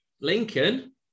Lincoln